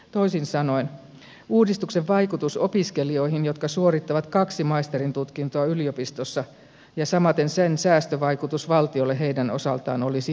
toisin sanoen uudistuksen vaikutus opiskelijoihin jotka suorittavat kaksi maisterintutkintoa yliopistossa ja samaten sen säästövaikutus valtiolle heidän osaltaan olisi hyvin pieni